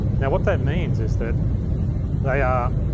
now what that means is that they, ah